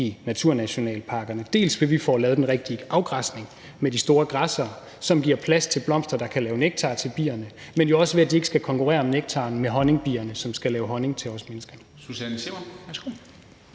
i naturnationalparkerne; dels ved at vi får lavet den rigtige afgræsning med de store græsser, som giver plads til blomster, der kan lave nektar til bierne, dels ved at de ikke skal konkurrere om nektaren med honningbierne, som skal lave honning til os mennesker.